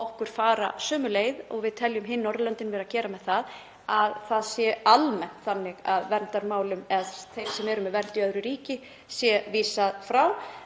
sjá okkur fara sömu leið og við teljum hin Norðurlöndin vera að gera, að það sé almennt þannig með verndarmálin að þeim sem eru með vernd í öðru ríki sé vísað frá.